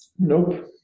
Nope